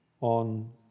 on